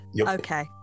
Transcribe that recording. Okay